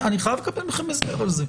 אני חייב לקבל מכם הסבר על זה.